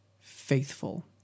faithful